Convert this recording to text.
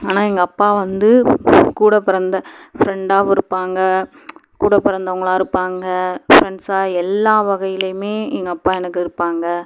ஆனால் எங்கள் அப்பா வந்து கூட பிறந்த ஃப்ரெண்டாகவும் இருப்பாங்கள் கூட பிறந்தவங்களா இருப்பாங்கள் ஃப்ரெண்ட்ஸாக எல்லா வகையிலையுமே எங்கள் அப்பா எனக்கு இருப்பாங்கள்